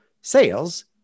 sales